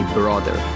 brother